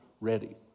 ready